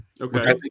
Okay